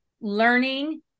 learning